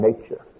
nature